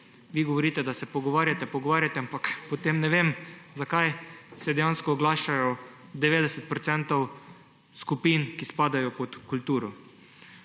Vi govorite, da se pogovarjate, ampak potem ne vem, zakaj se dejansko oglaša 90 % skupin, ki spadajo pod kulturo.